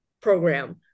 program